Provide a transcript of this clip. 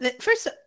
First